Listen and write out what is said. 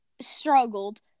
struggled